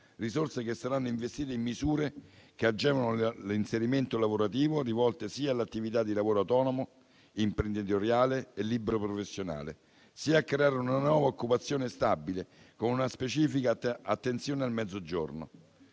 risorse saranno investite in misure che agevolano l'inserimento lavorativo rivolte sia all'attività di lavoro autonomo, imprenditoriale e liberoprofessionale, sia a creare una nuova occupazione stabile, con una specifica attenzione al Mezzogiorno.